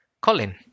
Colin